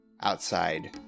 outside